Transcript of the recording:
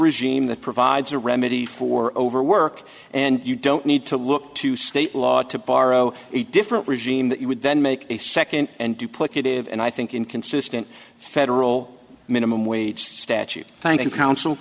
regime that provides a remedy for overwork and you don't need to look to state law to borrow a different regime that you would then make a second and duplicative and i think inconsistent federal minimum wage statute thank you counsel